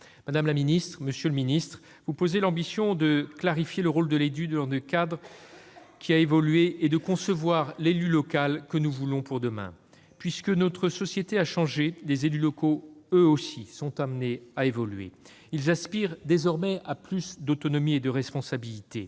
Madame, monsieur les ministres, vous affirmez l'ambition de clarifier le rôle de l'élu dans un cadre qui a évolué et de concevoir l'élu local que nous voulons pour demain. Notre société ayant changé, les élus locaux, eux aussi, sont amenés à évoluer. Ils aspirent désormais à plus d'autonomie et de responsabilité,